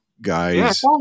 guys